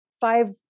five